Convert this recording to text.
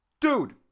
dude